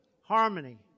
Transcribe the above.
harmony